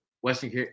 Western